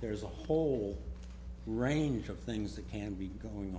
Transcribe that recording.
there's a whole range of things that can be going